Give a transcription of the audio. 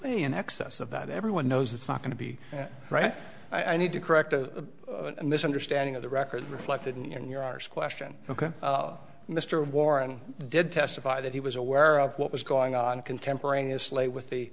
really an excess of that everyone knows it's not going to be right i need to correct a misunderstanding of the record reflected in your arse question ok mr warren did testify that he was aware of what was going on contemporaneously with